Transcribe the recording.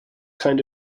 kind